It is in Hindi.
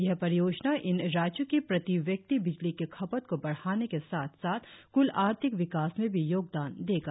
यह परियोजना इन राज्यों की प्रति व्यक्ति बिजली की खपट को बढ़ाने के साथ साथ क्ल आर्थिक विकास में भी योगदान देगा